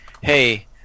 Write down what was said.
hey